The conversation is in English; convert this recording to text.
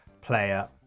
player